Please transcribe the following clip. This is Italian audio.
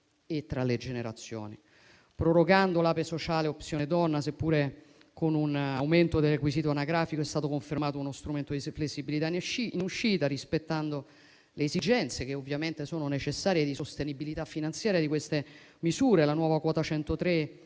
e tra le generazioni. Prorogando l'Ape sociale ed Opzione Donna, seppure con un aumento del requisito anagrafico, è stato confermato uno strumento di flessibilità in uscita, rispettando le esigenze, che ovviamente sono necessarie, di sostenibilità finanziaria di queste misure. La nuova quota 103